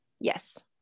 Yes